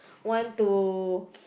want to